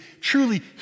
truly